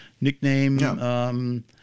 nickname